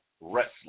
wrestling